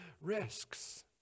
risks